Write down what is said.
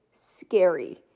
scary